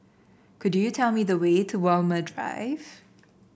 could you tell me the way to Walmer Drive